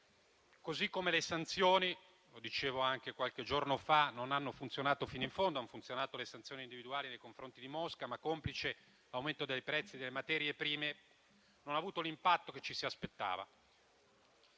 Anche le sanzioni - lo dicevo qualche giorno fa - non hanno funzionato fino in fondo; hanno funzionato le sanzioni individuali nei confronti di Mosca, ma, complice l'aumento dei prezzi delle materie prime, non hanno avuto l'impatto che ci si aspettava.